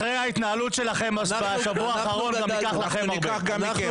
אחרי ההתנהלות שלכם בשבוע האחרון, ניקח לכם הרבה.